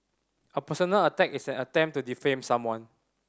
a personal attack is an attempt to defame someone